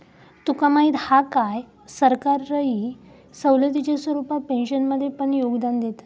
तुका माहीत हा काय, सरकारही कर सवलतीच्या स्वरूपात पेन्शनमध्ये पण योगदान देता